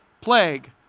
plague